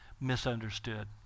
misunderstood